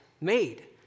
made